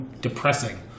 depressing